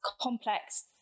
complex